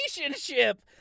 relationship